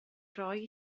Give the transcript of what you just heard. roi